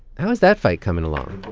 how is that fight coming along?